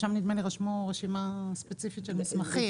שם רשמו רשימה ספציפית של מסמכים.